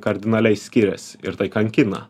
kardinaliai skiriasi ir tai kankina